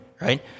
right